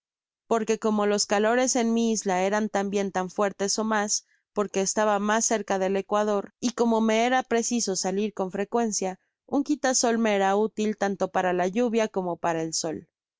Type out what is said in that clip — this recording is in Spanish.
porque como los calores en mi isla eran tambien tan fuertes ó mas porque estaba mas cerca del ecuador y como me era preciso salir con frecuencia un quitasol me era útil tanto para la lluvia como para el sol